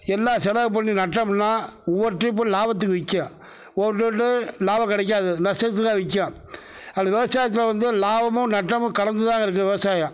எல்லாம் செலவு பண்ணி நட்டம்னா ஒவ்வொரு ட்ரிப்பு லாபத்துக்கு விற்கும் ஒன்று ஒன்று லாபம் கிடைக்காது நஷ்ட்டதுலதான் விற்கும் அதில் விவசாயத்தில் வந்து லாபமும் நட்டமும் கலந்துதான் இருக்கு விவசாயம்